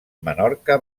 menorca